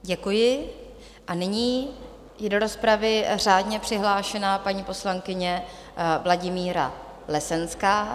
Děkuji a nyní do rozpravy řádně přihlášená paní poslankyně Vladimíra Lesenská.